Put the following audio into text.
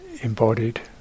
embodied